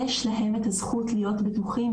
יש להם את הזכות להיות בטוחים,